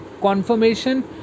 confirmation